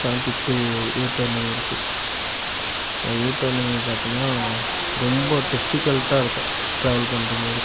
seventy two U turning இருக்குது யூடர்னிங்கை பார்த்திங்கன்னா ரொம்ப டிஃபிகல்ட்டாக இருக்கும் டிராவல் பண்றபோது